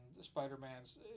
Spider-Man's